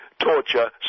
torture